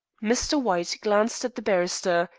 mr. white glanced at the barrister,